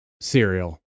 cereal